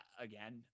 again